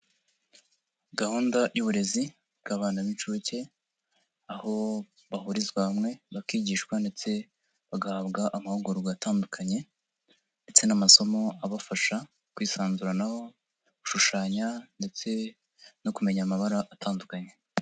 Gahunda y'uburezi igabana n'inshuke, aho bahurizwa hamwe bakigishwa ndetse bagahabwa amahugurwa atandukanye ndetse n'amasomo abafasha kwisanzuranaho, gushushanya ndetse no kumenya amabara atandukanye.